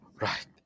right